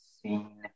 seen